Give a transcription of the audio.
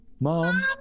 Mom